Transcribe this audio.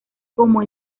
como